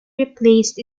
replaced